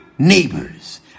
neighbors